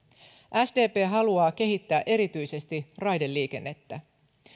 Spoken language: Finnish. sdp haluaa kehittää erityisesti raideliikennettä